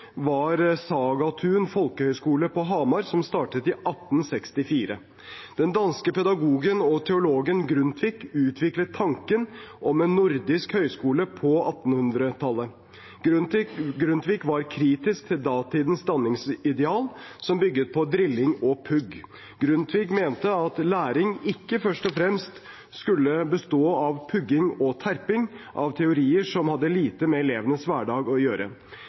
var Sagatun Folkehøyskole på Hamar, som startet i 1864. Den danske pedagogen og teologen Grundtvig utviklet tanken om en nordisk høyskole på 1800-tallet. Grundtvig var kritisk til datidens danningsideal, som bygget på drilling og pugg. Grundtvig mente at læring ikke først og fremst skulle bestå av pugging og terping, av teorier som hadde lite med elevenes hverdag å gjøre.